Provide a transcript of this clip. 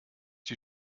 die